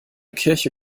kirche